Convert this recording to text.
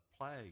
plague